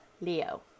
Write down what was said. Leo